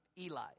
Eli